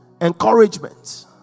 encouragement